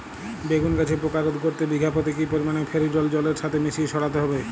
বেগুন গাছে পোকা রোধ করতে বিঘা পতি কি পরিমাণে ফেরিডোল জলের সাথে মিশিয়ে ছড়াতে হবে?